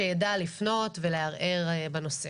שידע לפנות ולערער בנושא.